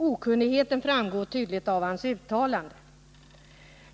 Okunnigheten framgår tydligt av hans uttalanden.